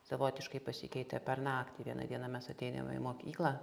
savotiškai pasikeitė per naktį vieną dieną mes ateiname į mokyklą